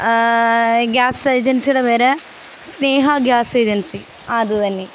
gas ഏജന്സിയുടെ പേര് Sneha gas agency ആ അതുതന്നെ